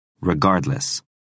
Regardless